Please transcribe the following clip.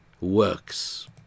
works